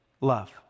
Love